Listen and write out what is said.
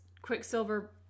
Quicksilver